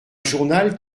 journal